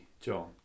John